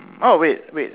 oh wait wait